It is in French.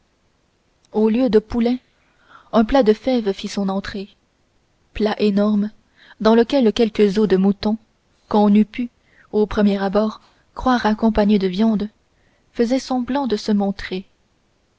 au lieu de poulet un plat de fèves fit son entrée plat énorme dans lequel quelques os de mouton qu'on eût pu au premier abord croire accompagnés de viande faisaient semblant de se montrer